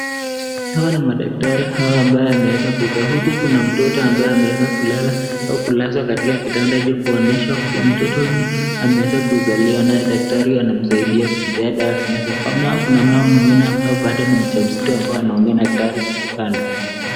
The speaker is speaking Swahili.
Hawa ni madaktari hawa ambao wameweka kukaa. Huku kuna mtoto ambaye ameweza kulala au kulazwa katika kitanda hiki kuonyesha kuwa mtoto huyu ameweza kuzaliwa naye daktari huyu anamsaidia kumpea dawa ambazo zinafaa. Naye kuna mama mwengine ambaye bado ni mjamzito ambaye anaongea na daktari huku kando.